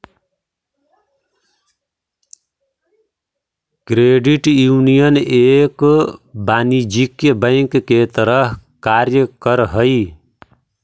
credit union एक वाणिज्यिक bank के तरह कार्य करऽ हइ